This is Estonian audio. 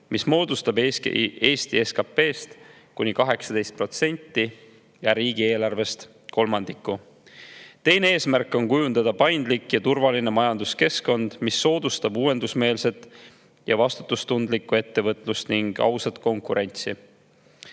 mis moodustab Eesti SKT‑st kuni 18% ja riigieelarvest kolmandiku. Teine eesmärk on kujundada paindlik ja turvaline majanduskeskkond, mis soodustab uuendusmeelset ja vastutustundlikku ettevõtlust ning ausat konkurentsi.